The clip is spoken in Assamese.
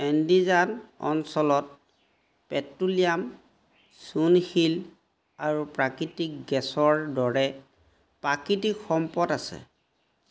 এণ্ডিজান অঞ্চলত পেট্ৰ'লিয়াম চূণশিল আৰু প্ৰাকৃতিক গেছৰ দৰে প্ৰাকৃতিক সম্পদ আছে